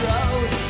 Road